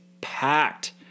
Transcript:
packed